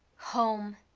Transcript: home!